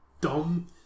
dumb